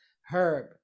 herb